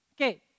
okay